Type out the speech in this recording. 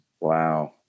Wow